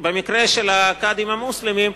במקרה של הקאדים המוסלמים,